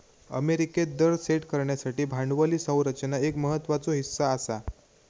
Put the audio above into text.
अमेरिकेत दर सेट करण्यासाठी भांडवली संरचना एक महत्त्वाचो हीस्सा आसा